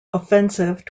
offensive